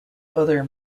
other